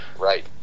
Right